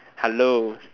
hello